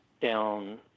down